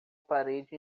parede